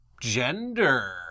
gender